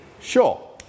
Sure